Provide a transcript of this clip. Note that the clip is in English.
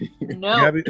No